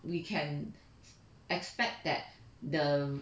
we can expect that the